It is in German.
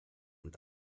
und